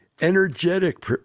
Energetic